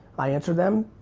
i answer them,